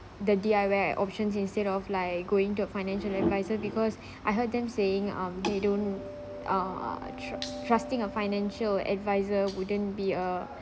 the D_I_Y options instead of like going to a financial advisor because I heard them saying um they don't err tru~ trusting a financial advisor wouldn't be a